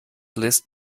list